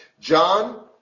John